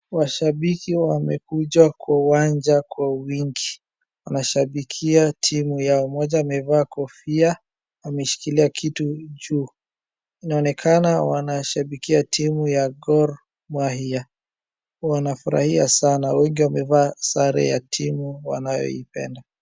Mashabiki wamekuja kwa uwanja kwa wingi, wanashabikia timu yao, mmoja amevaa kofia ameshikilia kitu juu, inaonekana wanashabikia timu ya Gor Mahia, wanafurahia sana ,wengi wamevaa sare ya timu wanayoipenda.